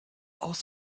aus